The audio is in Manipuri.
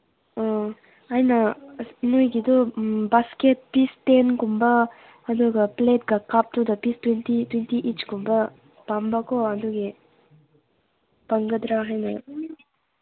ꯑꯥ ꯑꯩꯅ ꯅꯣꯏꯒꯤꯗꯨ ꯕꯥꯁꯀꯦꯠꯀꯤ ꯏꯁꯇꯦꯟꯒꯨꯝꯕ ꯑꯗꯨꯒ ꯄ꯭ꯂꯦꯠꯀ ꯀꯞꯇꯨꯗ ꯄꯤꯁ ꯇ꯭ꯋꯦꯟꯇꯤ ꯇ꯭ꯋꯦꯟꯇꯤ ꯏꯁꯀꯨꯝꯕ ꯄꯥꯝꯕꯀꯣ ꯑꯗꯨꯒꯤ ꯐꯪꯒꯗ꯭ꯔꯥ ꯍꯥꯏꯅ